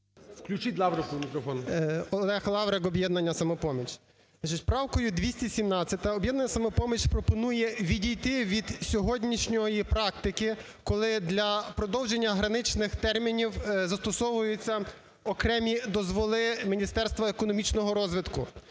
Включіть Лаврику мікрофон. 16:51:59 ЛАВРИК О.В. Олег Лаврик, "Об'єднання "Самопоміч". Значить, правкою 217 "Об'єднання "Самопоміч" пропонує відійти від сьогоднішньої практики, коли для продовження граничних термінів застосовуються окремі дозволи Міністерства економічного розвитку.